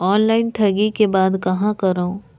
Online ठगी के बाद कहां करों?